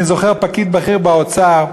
אני זוכר פקיד בכיר באוצר,